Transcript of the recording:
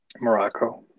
Morocco